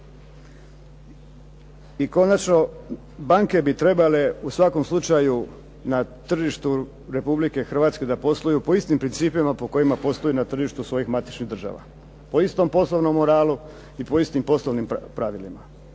I konačno, banke bi trebale u svakom slučaju na tržištu Republike Hrvatske da posluju po istim principima po kojima posluju na tržištu svojih matičnih država, po istom poslovnom moralu i po istim poslovnim pravilima